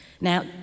Now